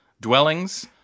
dwellings